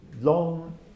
long